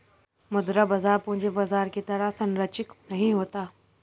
मुद्रा बाजार पूंजी बाजार की तरह सरंचिक नहीं होता